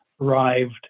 arrived